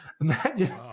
imagine